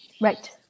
Right